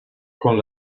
con